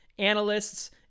analysts